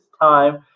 time